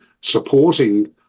supporting